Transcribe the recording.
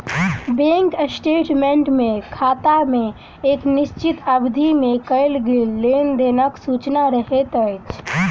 bank statement मे खाता मे एक निश्चित अवधि मे कयल गेल लेन देनक सूचना रहैत अछि